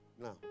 now